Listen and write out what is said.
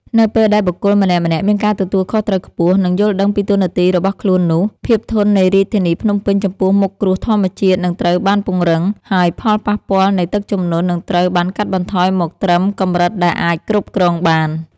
នៅពេលដែលបុគ្គលម្នាក់ៗមានការទទួលខុសត្រូវខ្ពស់ និងយល់ដឹងពីតួនាទីរបស់ខ្លួននោះ ភាពធន់នៃរាជធានីភ្នំពេញចំពោះមុខគ្រោះធម្មជាតិនឹងត្រូវបានពង្រឹង ហើយផលប៉ះពាល់នៃទឹកជំនន់នឹងត្រូវបានកាត់បន្ថយមកត្រឹមកម្រិតដែលអាចគ្រប់គ្រងបាន។